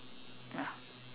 ya